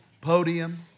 podium